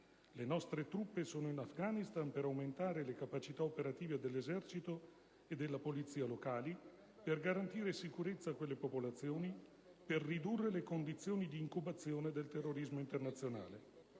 Le nostre truppe sono in Afganistan per aumentare le capacità operative dell'esercito e della polizia locali; per garantire sicurezza a quelle popolazioni; per ridurre le condizioni di incubazione del terrorismo internazionale.